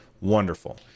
Wonderful